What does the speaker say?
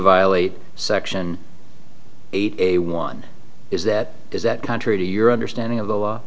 violate section eight a one is that is that contrary to your understanding of the law